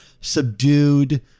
subdued